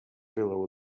below